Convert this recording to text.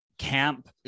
camp